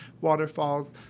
waterfalls